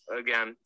again